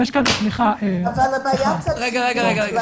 הכול ברור.